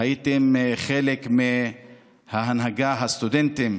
גם הייתם חלק מהנהגת הסטודנטים.